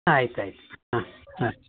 ಆಯ್ತು ಆಯ್ತು ಹಾಂ ಹಾಂ